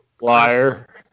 liar